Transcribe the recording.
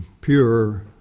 pure